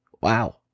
wow